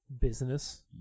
business